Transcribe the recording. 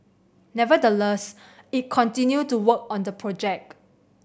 nevertheless it continued to work on the project